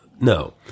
No